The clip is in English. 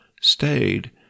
stayed